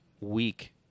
week